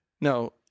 Now